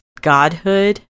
godhood